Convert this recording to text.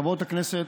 חברות הכנסת,